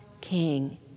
king